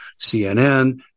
CNN